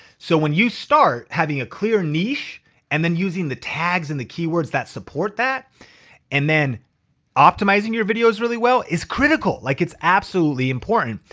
so when you start having a clear niche and then using the tags and the keywords that support that and then optimizing your videos really well, it's critical. like it's absolutely important.